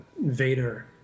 Vader